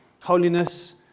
holiness